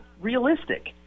realistic